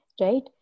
right